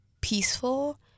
peaceful